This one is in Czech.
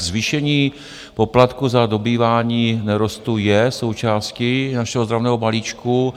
Zvýšení poplatku za dobývání nerostů je součástí našeho ozdravného balíčku.